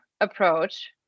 approach